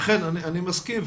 אני מסכים.